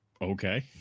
Okay